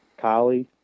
Kylie